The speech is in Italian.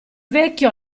vecchio